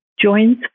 joins